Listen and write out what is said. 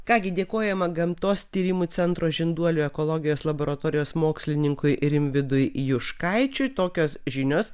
ką gi dėkojame gamtos tyrimų centro žinduolių ekologijos laboratorijos mokslininkui rimvydui juškaičiui tokios žinios